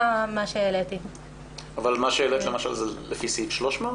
מה שהעלית זה לפי סעיף 300?